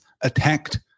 attacked